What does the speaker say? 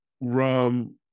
rum